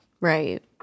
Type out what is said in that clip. Right